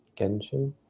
genshin